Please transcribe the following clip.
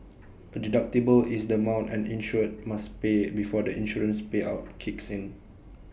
A deductible is the amount an insured must pay before the insurance payout kicks in